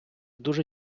дуже